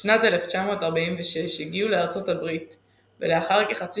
בשנת 1946 הגיעו לארצות הברית ולאחר כחצי